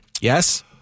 Yes